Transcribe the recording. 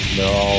no